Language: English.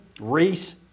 Reese